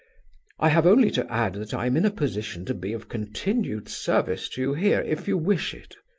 i have only to add that i am in a position to be of continued service to you here if you wish it.